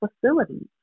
facilities